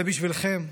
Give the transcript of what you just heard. זה בשבילכם,